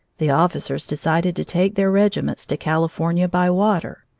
the officers decided to take their regiments to california by water.